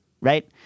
right